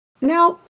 Now